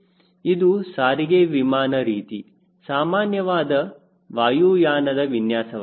ಇದು ಸಾರಿಗೆ ವಿಮಾನ ರೀತಿ ಸಾಮಾನ್ಯವಾದ ವಾಯುಯಾನದ ವಿನ್ಯಾಸವಾಗಿದೆ